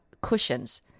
cushions